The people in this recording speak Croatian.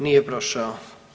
Nije prošao.